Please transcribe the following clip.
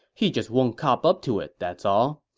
he just won't cop up to it, that's all.